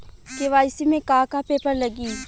KYC में का का पेपर लगी?